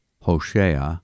Hoshea